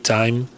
time